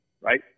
right